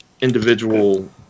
individual